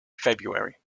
february